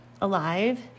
alive